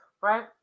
right